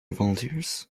volunteers